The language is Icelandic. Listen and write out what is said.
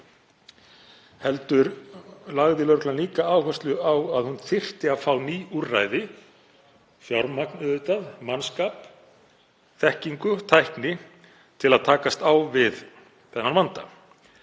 heldur lagði lögreglan líka áherslu á að hún þyrfti að fá ný úrræði, fjármagn auðvitað, mannskap, þekkingu og tækni til að takast á við þennan vanda.